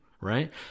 right